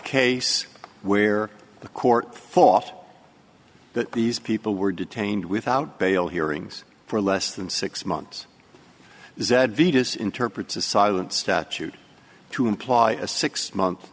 case where the court fought that these people were detained without bail hearings for less than six months zedd vegas interprets a silent statute to imply a six month